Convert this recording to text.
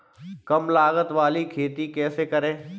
कम लागत वाली खेती कैसे करें?